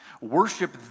Worship